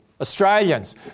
Australians